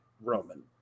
Roman